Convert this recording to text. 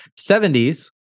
70s